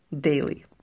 daily